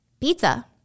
Pizza